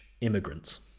immigrants